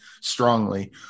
strongly